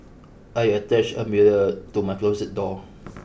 I attached a mirror to my closet door